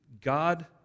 God